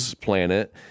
Planet